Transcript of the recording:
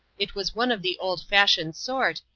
it was one of the old fashioned sort,